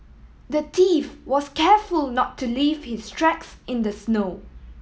the thief was careful not to leave his tracks in the snow